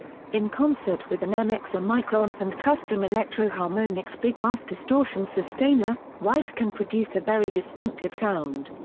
in concert with an mxr micro amp and custom electro-harmonix big muff distortion sustainer, white can produce a very distinctive sound.